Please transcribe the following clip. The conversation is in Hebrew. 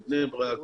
בני ברק,